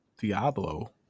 Diablo